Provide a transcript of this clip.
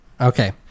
okay